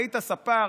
היית ספר,